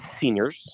seniors